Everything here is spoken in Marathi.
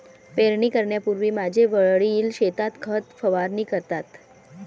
पेरणी करण्यापूर्वी माझे वडील शेतात खत फवारणी करतात